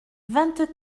vingt